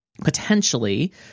potentially